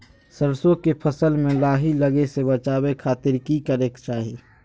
सरसों के फसल में लाही लगे से बचावे खातिर की करे के चाही?